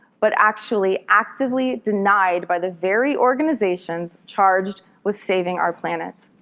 but actually actively denied by the very organizations charged with saving our planet.